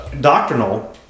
doctrinal